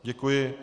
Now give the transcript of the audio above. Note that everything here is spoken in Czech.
Děkuji.